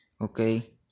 okay